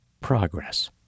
progress